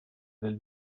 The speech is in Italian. del